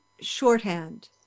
shorthand